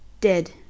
Dead